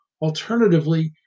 Alternatively